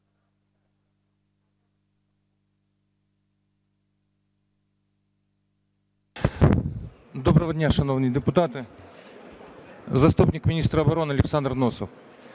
Доброго дня, шановні депутати! Заступник міністра оборони Олександр Носов.